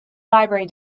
library